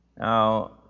Now